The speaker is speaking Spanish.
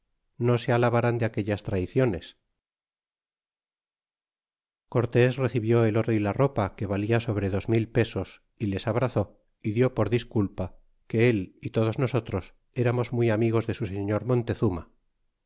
no se alabaran de aquellas traiciones y cortés recibió el oro y la ropa que valia sobre dos mil pesos y les abrazó y dió por disculpa que él y todos nosotros éramos muy amigos de su señor montezuma